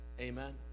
Amen